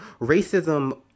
racism